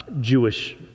Jewish